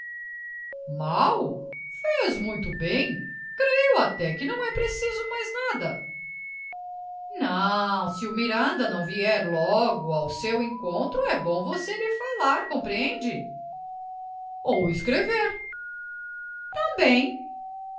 mal fez muito bem creio até que não é preciso mais nada não se o miranda não vier logo ao seu encontro é bom você lhe falar compreende ou escrever também